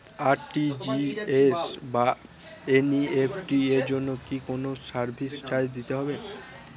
RTGS বা NEFT এর জন্য কি কোনো সার্ভিস চার্জ দিতে হয়?